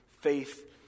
faith